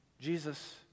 Jesus